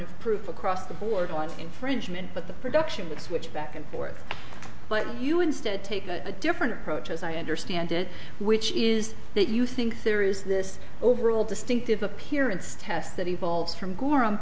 of proof across the board on infringement but the production would switch back and forth but you instead take a different approach as i understand it which is that you think there is this overall distinctive appearance test that evolves from gor